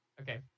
Okay